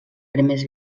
primers